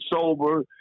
sober